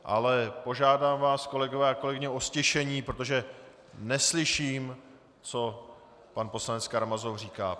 Ale požádám vás, kolegyně a kolegové, o ztišení, protože neslyším, co pan poslanec Karamazov říká.